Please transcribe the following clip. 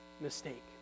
mistake